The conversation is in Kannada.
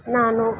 ನಾನು